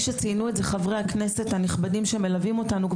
שציינו את זה חברי הכנסת הנכבדים שמלווים אותנו,